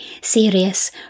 serious